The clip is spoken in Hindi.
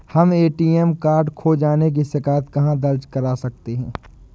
हम ए.टी.एम कार्ड खो जाने की शिकायत कहाँ दर्ज कर सकते हैं?